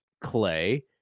clay